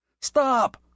Stop